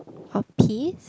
a piece